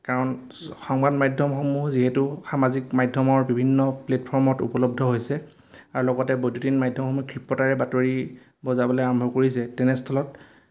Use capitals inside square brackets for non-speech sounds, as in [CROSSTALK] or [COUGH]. কাৰণ [UNINTELLIGIBLE] সংবাদ মাধ্যমসমূহ যিহেতু সামাজিক মাধ্যমৰ বিভিন্ন প্লেটফৰ্মত উপলব্ধ হৈছে আৰু লগতে বৈদ্যুতিন মাধ্যমসমূহ ক্ষিপ্ৰতাৰে বাতৰি বজাবলৈ আৰম্ভ কৰিছে তেনেস্থলত